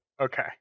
Okay